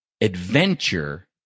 adventure